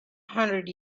hundred